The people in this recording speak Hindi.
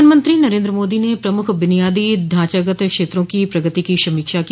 प्रधानमंत्री नरेन्द्र मोदी ने प्रमुख बुनियादो ढांचागत क्षेत्रों की प्रगति की समीक्षा की